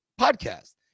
podcast